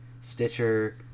Stitcher